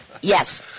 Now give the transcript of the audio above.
Yes